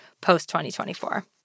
post-2024